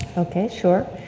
okay, sure.